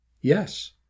yes